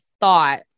thought